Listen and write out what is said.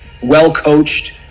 well-coached